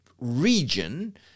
region